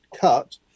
cut